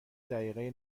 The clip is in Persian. دقیقه